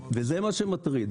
זה מה שמטריד.